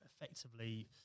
effectively